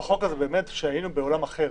דנו בחוק הזה כשהיינו בעולם אחר.